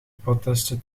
protesten